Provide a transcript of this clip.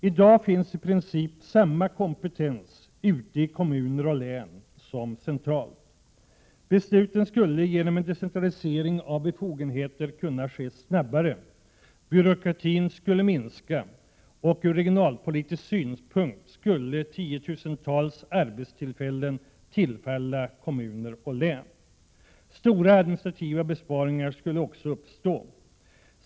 I dag finns i princip samma kompetens ute i kommuner och län som det finns centralt. Besluten skulle genom en decentralisering av befogenheter kunna ske snabbare, byråkratin skulle minska och ur regionalpolitisk synpunkt skulle tiotusentals arbetstillfällen tillfalla kommuner och län. Stora administrativa besparingar skulle också bli en följd av detta.